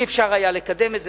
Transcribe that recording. לא היה אפשר לקדם את זה,